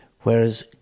whereas